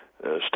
stay